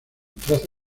trazas